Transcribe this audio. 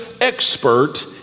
Expert